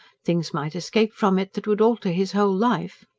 things might escape from it that would alter his whole life.